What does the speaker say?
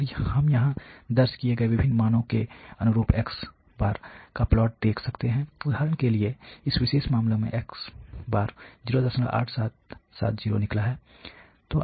और हम यहां दर्ज किए गए विभिन्न मानो के अनुरूप x का प्लॉट देख सकते हैं उदाहरण के लिए इस विशेष मामले में x 08770 निकलता है